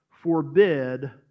forbid